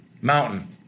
mountain